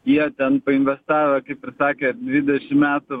jie ten painvestavę ir sakė dvidešim metų